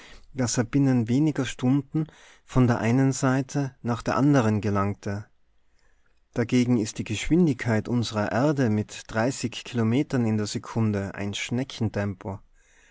er binnen weniger stunden von der einen seite nach der andern gelangte dagegen ist die geschwindigkeit unsrer erde mit kilometern in der sekunde